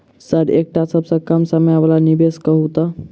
Sir एकटा सबसँ कम समय वला निवेश कहु तऽ?